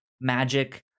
magic